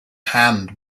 hand